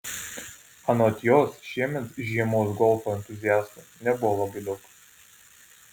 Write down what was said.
anot jos šiemet žiemos golfo entuziastų nebuvo labai daug